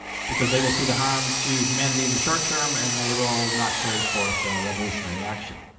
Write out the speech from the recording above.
because they will see the harm to humanity in the short term and they will not carry forth revolutionary action.